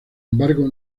embargo